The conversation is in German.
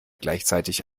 gleichzeitig